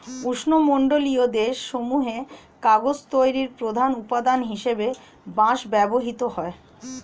উষ্ণমণ্ডলীয় দেশ সমূহে কাগজ তৈরির প্রধান উপাদান হিসেবে বাঁশ ব্যবহৃত হয়